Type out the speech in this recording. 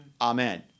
Amen